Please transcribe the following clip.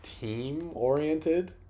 team-oriented